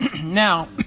Now